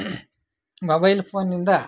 mobile ಫೋನಿಂದ